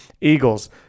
eagles